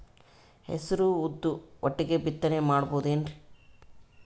ಹೆಸರು ಉದ್ದು ಒಟ್ಟಿಗೆ ಬಿತ್ತನೆ ಮಾಡಬೋದೇನ್ರಿ?